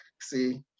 See